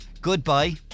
Goodbye